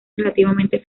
relativamente